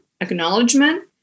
acknowledgement